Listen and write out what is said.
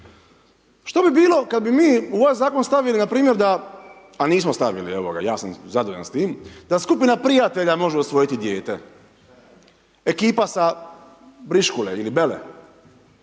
što bi bilo kada bi mi u ovaj Zakon stavili npr. da, a nismo stavili, evo ga, ja sam zadovoljan s tim, da skupina prijatelja može usvojiti dijete, ekipa sa briškule ili bele,